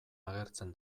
agertzen